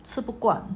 吃不惯